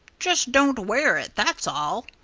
just don't wear it that's all!